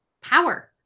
power